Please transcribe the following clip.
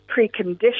precondition